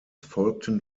folgten